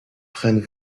freinent